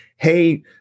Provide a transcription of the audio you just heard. hey